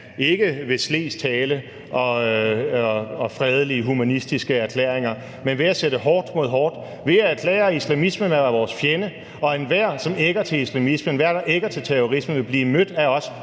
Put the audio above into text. ikke ved slesk tale og fredelige humanistiske erklæringer, men ved at sætte hårdt mod hårdt, ved at erklære, at islamismen er vores fjende, og at enhver, som ægger til islamisme, enhver, som ægger til terrorisme, vil blive mødt af os